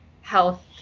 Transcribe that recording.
health